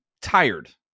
tired